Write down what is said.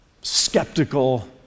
skeptical